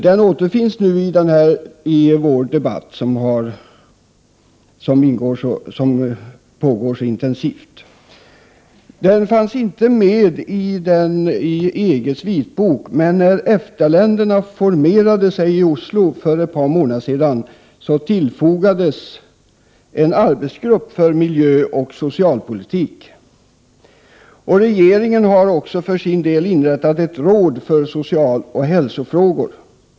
Den återfinns nu i den debatt som pågår så intensivt. Den fanns inte med i EG:s vitbok. Men när EFTA-länderna formerade sig i Oslo för ett par månader sedan, tillfogades en arbetsgrupp för miljöoch socialpolitik. Regeringen har också för sin del inrättat ett råd för socialoch hälsofrågor.